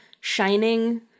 shining